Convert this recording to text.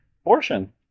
Abortion